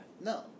No